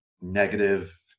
negative